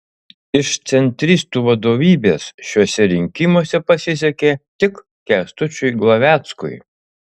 iš centristų vadovybės šiuose rinkimuose pasisekė tik kęstučiui glaveckui